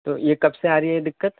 تو یہ کب سے آ رہی ہے یہ دقت